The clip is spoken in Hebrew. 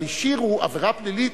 אבל השאירו עבירה פלילית,